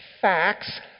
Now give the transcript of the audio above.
facts